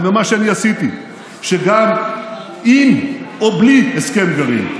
ומה שאני עשיתי: שגם עם או בלי הסכם גרעין,